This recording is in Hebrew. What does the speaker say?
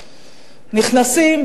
נכנסים,